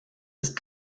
ist